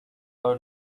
our